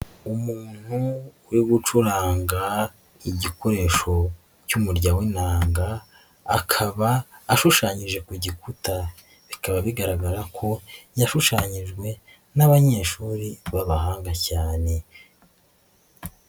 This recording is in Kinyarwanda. Umuntu uri gucuranga igikoresho cy'umurya w'inanga, akaba ashushanyije ku gikuta. Bikaba bigaragara ko yashushanyijwe n'abanyeshuri b'abahanga cyane.